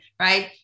right